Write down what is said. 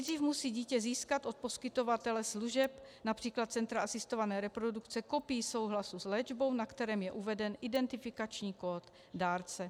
Nejdřív musí dítě získat od poskytovatele služeb, například centra asistované reprodukce, kopii souhlasu s léčbou, na kterém je uveden identifikační kód dárce.